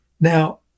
Now